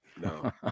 No